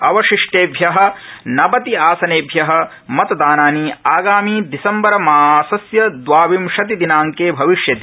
अवशिष्टेभ्यः नवति आसनेभ्यः मतदानानि आगामि दिसम्बर मासस्य द्वाविंशति दिनांके भविष्यति